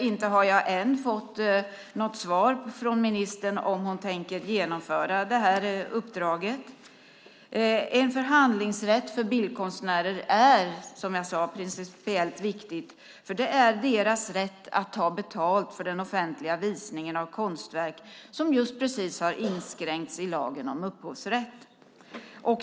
Inte har jag heller ännu fått något svar från ministern på om hon tänker genomföra det här uppdraget. En förhandlingsrätt för bildkonstnärer är, som jag sade, principiellt viktig, för det är deras rätt att ta betalt för den offentliga visningen av konstverk som just precis har inskränkts i lagen om upphovsrätt.